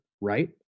right